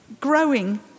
growing